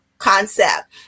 concept